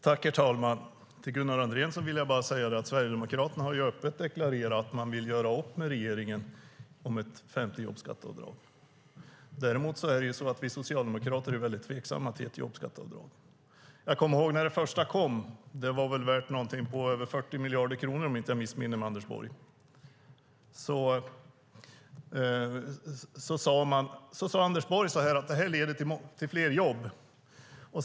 Herr talman! Till Gunnar Andrén vill jag bara säga att Sverigedemokraterna öppet har deklarerat att de vill göra upp med regeringen om ett femte jobbskatteavdrag. Däremot är vi socialdemokrater väldigt tveksamma till ett femte jobbskatteavdrag. Jag kommer ihåg när det första jobbskatteavdraget kom. Det var väl värt över 40 miljarder kronor, om jag inte missminner mig, Anders Borg. Då sade Anders Borg att det leder till fler jobb.